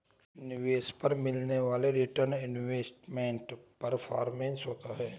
निवेश पर मिलने वाला रीटर्न इन्वेस्टमेंट परफॉरमेंस होता है